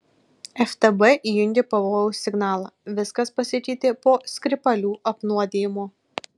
ftb įjungė pavojaus signalą viskas pasikeitė po skripalių apnuodijimo